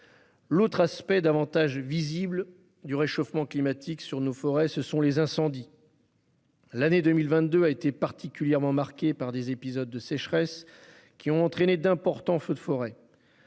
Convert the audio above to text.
L'autre effet, plus visible, du réchauffement climatique, ce sont les incendies. L'année 2022 a été particulièrement marquée par des épisodes de sécheresse ayant entraîné d'importants feux de forêt.